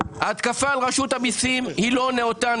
ההתקפה על רשות המיסים היא לא נאותה,